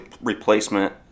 replacement